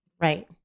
Right